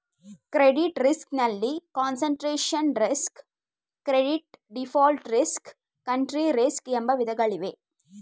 credit risk ನಲ್ಲಿ concentration risk, credit default risk, country risk ಎಂಬ ವಿಧಗಳಿವೆ